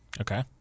Okay